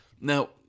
Now